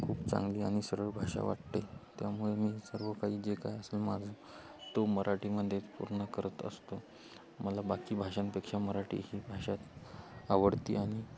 खूप चांगली आणि सरळ भाषा वाटते त्यामुळे मी सर्व काही जे काही असेल माझं तो मराठीमध्ये पूर्ण करत असतो मला बाकी भाषांपेक्षा मराठी ही भाषा आवडती आणि